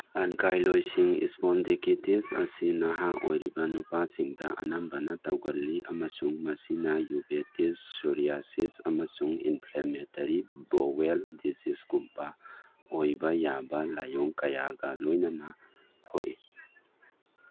ankylosing spondylitis ꯑꯁꯤ ꯅꯍꯥ ꯑꯣꯏꯔꯤꯕ ꯅꯨꯄꯥꯁꯤꯡꯗ ꯑꯅꯝꯕꯅ ꯇꯧꯒꯜꯂꯤ ꯑꯃꯁꯨꯡ ꯃꯁꯤꯅ ꯌꯨꯕꯦꯇꯤꯁ ꯁꯨꯔꯤꯌꯥꯁꯤꯁ ꯑꯃꯁꯨꯡ ꯏꯟꯐ꯭ꯂꯦꯃꯦꯇꯔꯤ ꯕꯣꯋꯦꯜ ꯗꯤꯖꯤꯁꯀꯨꯝꯕ ꯑꯣꯏꯕ ꯌꯥꯕ ꯂꯥꯏꯌꯣꯡ ꯀꯌꯥꯒ ꯂꯣꯏꯅꯅ ꯊꯣꯛꯏ